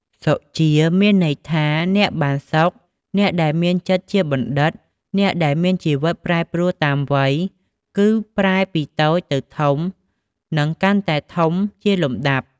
សុជា មានន័យថា អ្នកបានសុខ អ្នកដែលមានចិត្តជាបណ្ឌិត អ្នកដែលមានជីវិតប្រែប្រួលតាមវ័យ គឺប្រែពីតូចទៅធំនិងកាន់តែធំជាលំដាប់។